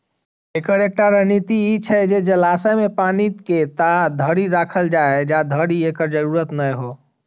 एकर एकटा रणनीति ई छै जे जलाशय मे पानि के ताधरि राखल जाए, जाधरि एकर जरूरत नै हो